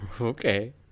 Okay